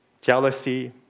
jealousy